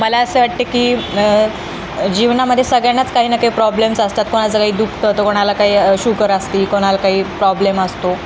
मला असं वाटते की जीवनामध्ये सगळ्यांनाच काही न काही प्रॉब्लेम्स असतात कोणाचं काही दुःखं तर कोणाला काही शुगर असतील कोणाला काही प्रॉब्लेम असतो